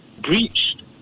breached